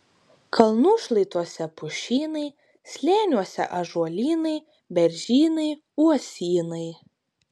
kalnų šlaituose pušynai slėniuose ąžuolynai beržynai uosynai